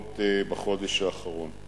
לרחובות בחודש האחרון.